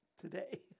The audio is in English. today